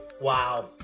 Wow